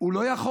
הוא לא יכול?